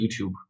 YouTube